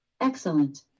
Excellent